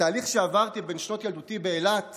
התהליך שעברתי בין שנות ילדותי באילת